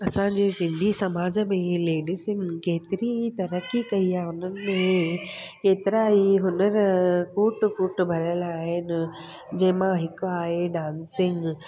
असांजी सिंधी समाज में ई लेडिसिनि खे केतिरी तरक़ी कई आहे हुन में केतिरा ई हुनर कुट कुट भरियल आहिनि जंहिं मां हिकु आहे डांसिंग